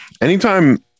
anytime